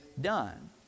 done